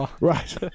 Right